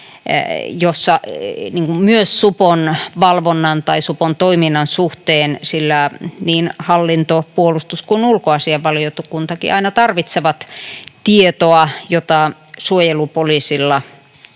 myös tämän supon valvonnan tai supon toiminnan suhteen, sillä niin hallinto‑, puolustus‑ kuin ulkoasiainvaliokuntakin aina tarvitsevat tietoa, jota suojelupoliisilla